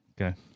Okay